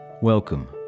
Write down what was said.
Welcome